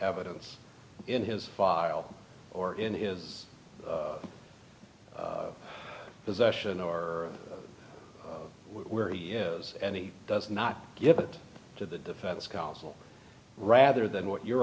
evidence in his file or in is possession or where he is and he does not give it to the defense counsel rather than what you're